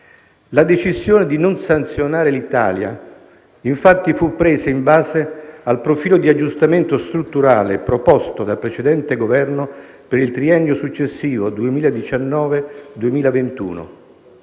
La decisione di non sanzionare l'Italia, infatti, fu presa in base al profilo di aggiustamento strutturale proposto dal precedente Governo per il triennio successivo 2019-2021,